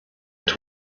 only